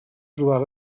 trobar